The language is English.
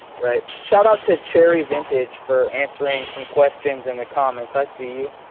right shoutout to cherry vintage for answering some questions in the comments, i see you.